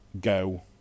go